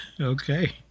Okay